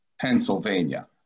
Pennsylvania